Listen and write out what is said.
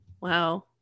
wow